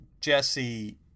Jesse